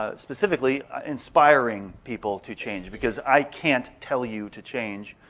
ah specifically inspiring people to change. because i can't tell you to change,